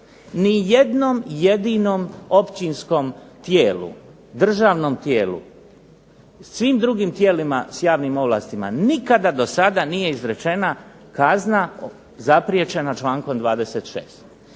Ni jednom jedinom općinskom tijelu, državnom tijelu, svim drugim tijelima s javnim ovlastima nikada do sada nije izrečena kazna zapriječena člankom 26.